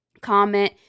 comment